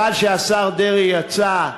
חבל שהשר דרעי יצא.